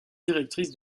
directrice